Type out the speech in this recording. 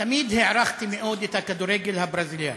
תמיד הערכתי מאוד את הכדורגל הברזילאי.